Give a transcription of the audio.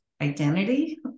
identity